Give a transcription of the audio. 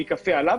ייכפה עליו.